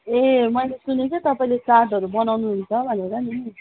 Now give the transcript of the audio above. ए मैले सुनेको थिएँ तपाईँले चाटहरू बनाउनु हुन्छ भनेर नि